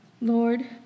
Lord